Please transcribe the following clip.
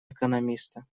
экономиста